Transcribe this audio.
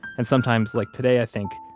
and sometimes, like today, i think,